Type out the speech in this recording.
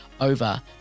over